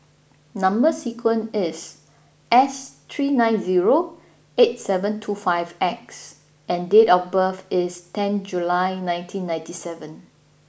number sequence is S three nine zero eight seven two five X and date of birth is ten July nineteen ninety seven